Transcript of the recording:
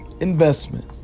investment